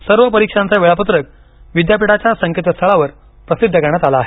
सर्व परीक्षांचं वेळापत्रक विद्यापीठाच्या संकेतस्थळावर प्रसिध्द करण्यात आलं आहे